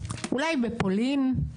אולי בפולין,